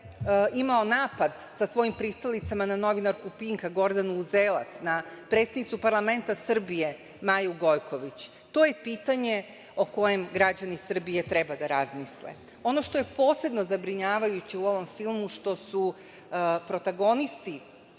imao napad sa svojim pristalicama na novinarku Pinka, Gordanu Uzelac, na predsednicu parlamenta Srbije, Maju Gojković? To je pitanje o kojem građani Srbije treba da razmisle. Ono što je posebno zabrinjavajuće u ovom filmu što su protagonisti